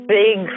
big